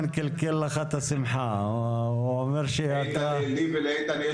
בוא תאמר לנו, מה אתה